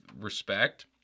respect